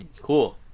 Cool